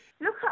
Look